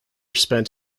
spent